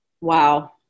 Wow